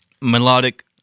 melodic